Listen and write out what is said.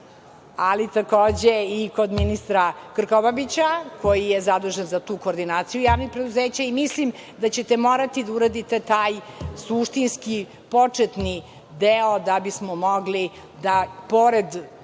ali takođe i kod ministra Krkobabića koji je zadužen za tu koordinaciju javnih preduzeća. Mislim da ćete morati da uradite taj suštinski početni deo, da bismo mogli da pored